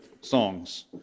songs